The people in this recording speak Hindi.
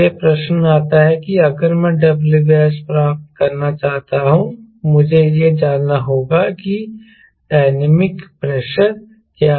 इसलिए प्रश्न आता है कि अगर मैं WS प्राप्त करना चाहता हूं मुझे यह जानना होगा कि डायनामिक प्रेशर क्या है